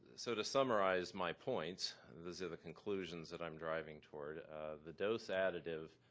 so to summarize my points these are the conclusions that i'm driving toward the dose additive